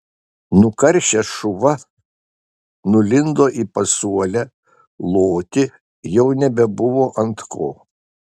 nukaršęs šuva nulindo į pasuolę loti jau nebebuvo ant ko